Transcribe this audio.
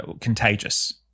contagious